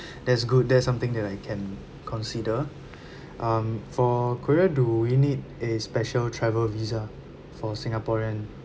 that's good that's something that I can consider um for korea do we need a special travel visa for singaporean